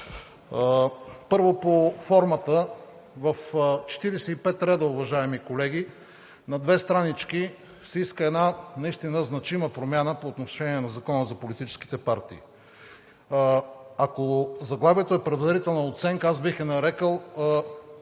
Първо, по формата. В 45 реда, уважаеми колеги, на две странички се иска една наистина значима промяна по отношение на Закона за политическите партии. Ако заглавието е предварителна оценка, бих я нарекъл: